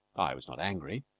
i was not angry.